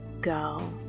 go